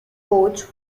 coach